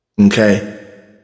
Okay